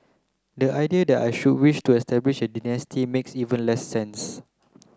the idea that I should wish to establish a dynasty makes even less sense